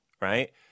right